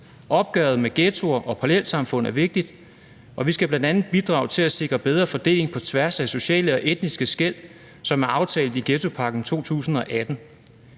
Opgøret med ghettoer og parallelsamfund er vigtigt, og vi kan bl.a. bidrage ved at sikre bedre fordeling på tværs af sociale og etniske skel som aftalt i ghettopakken 2018.